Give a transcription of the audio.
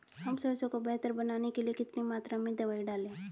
हम सरसों को बेहतर बनाने के लिए कितनी मात्रा में दवाई डालें?